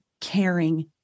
caring